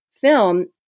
film